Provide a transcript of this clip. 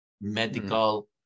medical